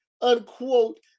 unquote